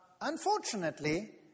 unfortunately